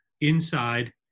inside